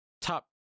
top